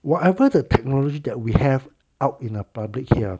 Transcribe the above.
whatever the technology that we have out in a public here